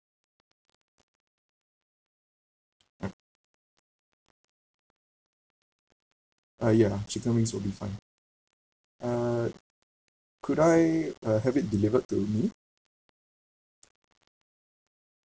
alright uh ya chicken wings will be fine uh could I uh have it delivered to me